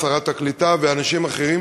שרת העלייה והקליטה ואנשים אחרים,